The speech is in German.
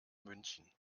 münchen